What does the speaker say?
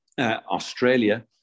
Australia